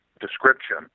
description